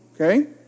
okay